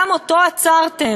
גם אותו עצרתם.